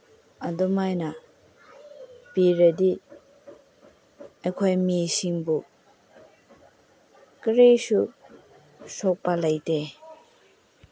ꯑꯗꯨꯃꯥꯏꯅ ꯄꯤꯔꯗꯤ ꯑꯩꯈꯣꯏ ꯃꯤꯁꯤꯡꯕꯨ ꯀꯔꯤꯁꯨ ꯁꯣꯛꯄ ꯂꯩꯇꯦ